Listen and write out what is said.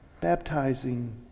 baptizing